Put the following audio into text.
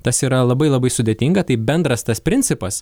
tas yra labai labai sudėtinga tai bendras tas principas